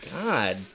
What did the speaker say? god